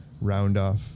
round-off